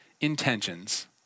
intentions